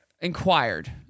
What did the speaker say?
inquired